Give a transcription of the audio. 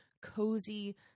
cozy